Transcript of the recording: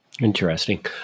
Interesting